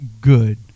good